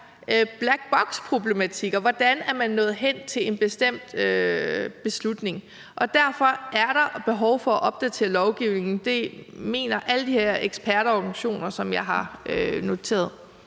black box-problematikker, der handler om, hvordan man er nået hen til en bestemt beslutning. Derfor er der behov for at opdatere lovgivningen. Det mener alle de her eksperter og organisationer, som jeg har noteret.